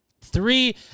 three